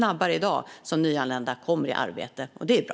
Nyanlända kommer i arbete betydligt snabbare i dag, och det är bra.